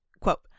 quote